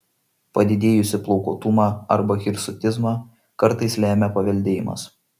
padidėjusį plaukuotumą arba hirsutizmą kartais lemia paveldėjimas